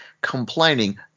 complaining